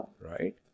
right